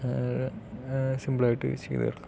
സിംപിളായിട്ട് ചെയ്ത് തീർക്കാം